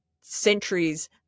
centuries